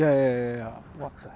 ya ya ya !wah! zai